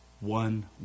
One